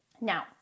now